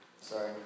sorry